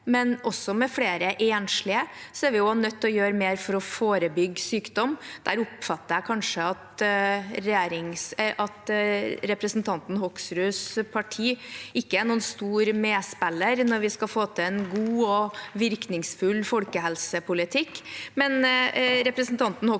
men også flere enslige, er vi nødt til å gjøre mer for å forebygge sykdom. Jeg oppfatter kanskje at representanten Hoksruds parti ikke er noen stor medspiller når vi skal få til en god og virkningsfull folkehelsepolitikk,